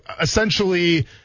essentially